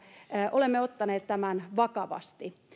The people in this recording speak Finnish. olemme ottaneet tämän vakavasti